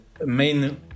main